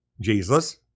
Jesus